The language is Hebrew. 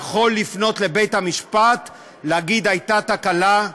יכול לפנות לבית-המשפט ולהגיד: הייתה תקלה,